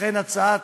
לכן הצעת